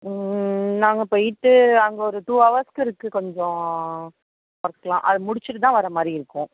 ம் நாங்கள் போய்விட்டு அங்கே ஒரு டூ ஹவர்ஸ்ஸு இருக்கு கொஞ்சம் ஒர்க்லாம் அது முடிச்சிவிட்டு தான் வர்றமாதிரி இருக்கும்